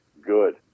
good